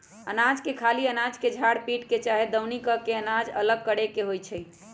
अनाज के खाली अनाज के झार पीट के चाहे दउनी क के अनाज अलग करे के होइ छइ